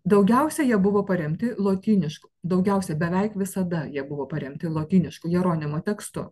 daugiausiai jie buvo paremti lotynišku daugiausiai beveik visada jie buvo paremti lotynišku jeronimo tekstu